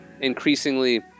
increasingly